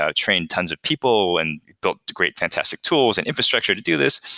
ah trained tons of people and built great fantastic tools and infrastructure to do this.